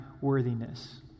worthiness